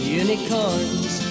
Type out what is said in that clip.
unicorns